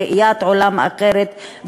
ראיית עולם אחרת,